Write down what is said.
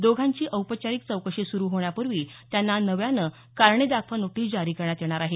दोघांची औपचारिक चौकशी सुरु होण्यापूर्वी त्यांना नव्यानं कारणे दाखवा नोटीस जारी करण्यात येणार आहे